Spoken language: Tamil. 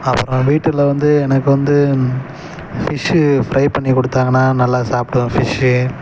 அப்பறம் வீட்டில் வந்து எனக்கு வந்து ஃபிஷ்ஷு ஃபிரை பண்ணி கொடுத்தாங்கன்னா நல்லா சாப்பிடுவேன் ஃபிஷ்ஷு